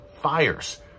fires